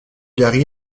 garry